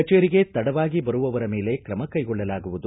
ಕಚೇರಿಗೆ ತಡವಾಗಿ ಬರುವವರ ಮೇಲೆ ತ್ರಮ ಕೈಗೊಳ್ಳಲಾಗುವುದು